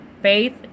faith